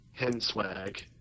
Henswag